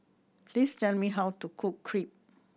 please tell me how to cook Crepe